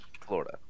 Florida